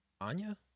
Anya